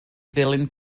ddilyn